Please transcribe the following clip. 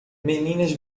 meninas